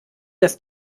dass